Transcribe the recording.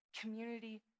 community